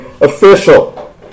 official